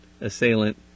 assailant